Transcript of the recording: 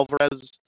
Alvarez